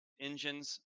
engines